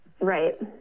right